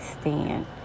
stand